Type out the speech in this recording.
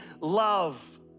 love